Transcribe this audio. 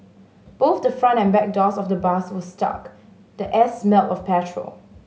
both the front and back doors of the bus were stuck the air smelled of petrol